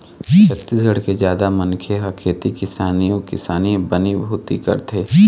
छत्तीसगढ़ के जादा मनखे ह खेती किसानी अउ किसानी बनी भूथी करथे